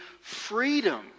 freedom